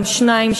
גם שניים,